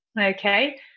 okay